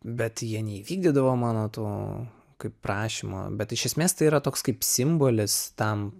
bet jie neįvykdydavo mano to kaip prašymo bet iš esmės tai yra toks kaip simbolis tam